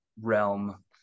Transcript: realm